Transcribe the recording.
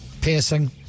Piercing